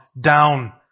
down